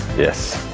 yes